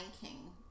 King